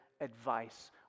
advice